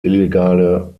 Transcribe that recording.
illegale